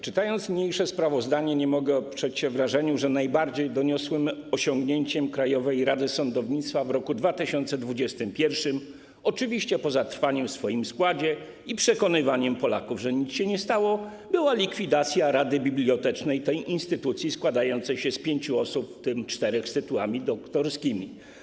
Czytając niniejsze sprawozdanie, nie mogę oprzeć się wrażeniu, że najbardziej doniosłym osiągnięciem Krajowej Rady Sądownictwa w roku 2021, oczywiście poza trwaniem w swoim składzie i przekonywaniem Polaków, że nic się nie stało, była likwidacja rady bibliotecznej tej instytucji składającej się z pięciu osób, w tym czterech z tytułami doktorskimi.